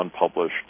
unpublished